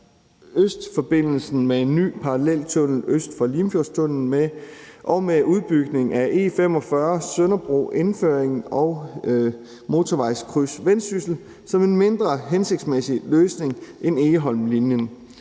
Østforbindelsen – med en ny paralleltunnel øst for Limfjordstunnelen og med udbygning af E45 mellem Sønderbro Indføringen og Motorvejskryds Vendsyssel - som en mindre hensigtsmæssig løsning end Egholmlinjen,